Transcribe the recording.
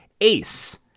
Ace